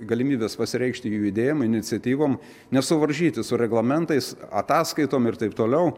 galimybės pasireikšti jų idėjom iniciatyvom nesuvaržyti su reglamentais ataskaitom ir taip toliau